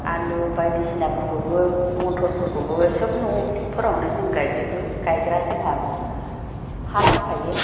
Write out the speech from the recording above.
आलु बायदिसिनाफोरखौबो मथरफोरखौबो सोब न'फोराव जों गायजोबो गायग्रा जोंहा हा दंखायो